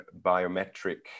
biometric